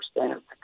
understand